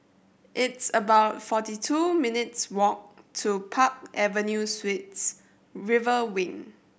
it's about forty two minutes' walk to Park Avenue Suites River Wing